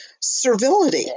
servility